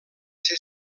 ser